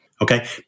okay